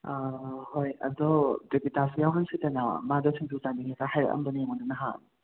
ꯍꯣꯏ ꯑꯗꯣ ꯗꯦꯕꯤꯇꯥꯁꯨ ꯌꯥꯎꯍꯟꯁꯤꯗꯅ ꯃꯥꯁꯨ ꯁꯤꯡꯖꯨ ꯆꯥꯅꯤꯡꯉꯦꯀ ꯍꯥꯏꯔꯛꯑꯝꯕꯅꯦ ꯑꯩꯉꯣꯟꯗ ꯅꯍꯥꯟ